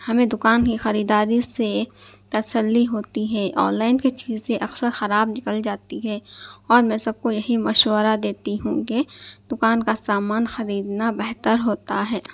ہمیں دکان کی خریداری سے تسلی ہوتی ہے آنلائن کی چیزیں اکثر خراب نکل جاتی ہے اور میں سب کو یہی مشورہ دیتی ہوں کہ دکان کا سامان خریدنا بہتر ہوتا ہے